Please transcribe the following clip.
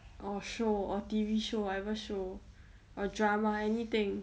or show or T_V show whatever show or drama or anything